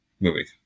movie